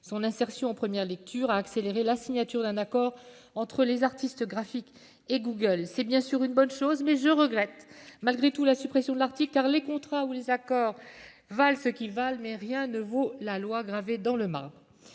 Son insertion en première lecture a accéléré la signature d'un accord entre les artistes graphiques et Google. C'est bien sûr une bonne chose. Je regrette malgré tout la suppression de l'article, car si les contrats ou les accords valent ce qu'ils valent, rien ne vaut la loi gravée dans le marbre.